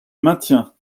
maintiens